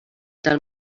del